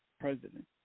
president